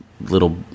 little